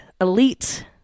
elite